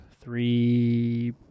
three